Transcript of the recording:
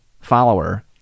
follower